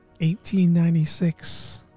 1896